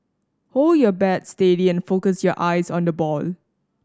hold your bat steady and focus your eyes on the ball